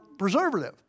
preservative